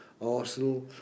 Arsenal